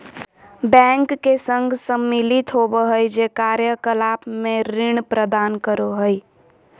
bank के संघ सम्मिलित होबो हइ जे कार्य कलाप में ऋण प्रदान करो हइ